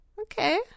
Okay